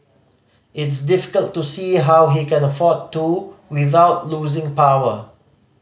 it's difficult to see how he can afford to without losing power